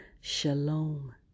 Shalom